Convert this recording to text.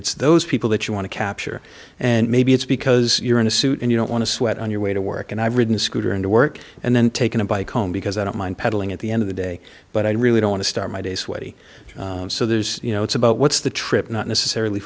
it's those people that you want to capture and maybe it's because you're in a suit and you don't want to sweat on your way to work and i've ridden a scooter into work and then taken a bike home because i don't mind pedaling at the end of the day but i really don't want to start my day sweaty so there's you know it's about what's the trip not necessarily